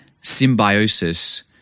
symbiosis